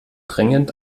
dringend